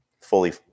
fully